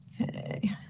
Okay